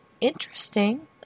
interesting